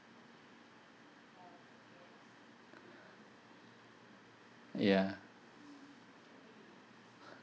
ya